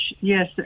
yes